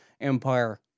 Empire